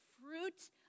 fruit